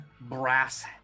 brass